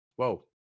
Whoa